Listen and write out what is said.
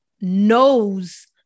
knows